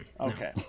Okay